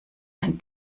ein